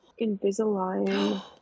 Invisalign